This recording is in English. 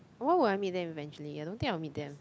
why would I meet them eventually I don't think I would meet them